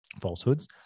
falsehoods